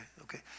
okay